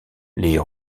les